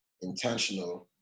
intentional